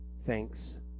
thanks